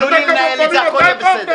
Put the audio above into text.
אתה יודע כמה פעמים אתה איחרת?